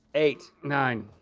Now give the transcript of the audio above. eight. nine.